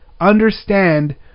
understand